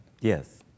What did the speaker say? Yes